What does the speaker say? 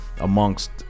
amongst